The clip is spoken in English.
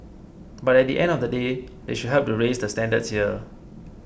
but at the end of the day they should help to raise the standards here